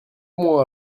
bon